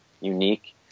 unique